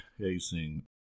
casing